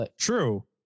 true